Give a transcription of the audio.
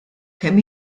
kemm